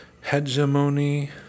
hegemony